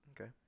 Okay